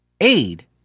aid